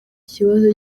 kibazo